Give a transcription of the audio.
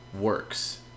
works